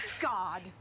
God